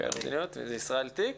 לישראל תיק?